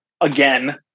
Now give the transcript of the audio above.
again